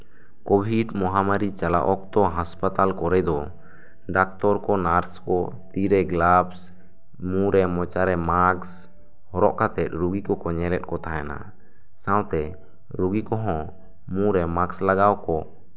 covid ᱢᱚᱦᱟᱢᱟᱨᱤ ᱪᱟᱞᱟᱥ ᱚᱠᱛᱚ ᱦᱟᱥᱯᱟᱛᱟᱞ ᱠᱚᱨᱮ ᱫᱚ ᱰᱟᱠᱛᱚᱨ ᱠᱚ ᱱᱟᱨᱥ ᱠᱚ ᱛᱤᱨᱮ ᱜᱞᱟᱯᱥ ᱢᱩᱨᱮ ᱢᱚᱪᱟᱨᱮ ᱢᱟᱠᱥ ᱦᱚᱨᱚᱜ ᱠᱟᱛᱮᱜ ᱨᱩᱜᱤ ᱠᱚᱠᱚ ᱧᱮᱞᱮᱜ ᱠᱚ ᱛᱟᱦᱮᱱᱟ ᱥᱟᱶᱛᱮ ᱨᱩᱜᱤ ᱠᱚᱦᱚ ᱢᱩᱨᱮ ᱢᱟᱥ ᱞᱟᱜᱟᱣ ᱠᱚ